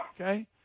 okay